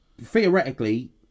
theoretically